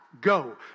go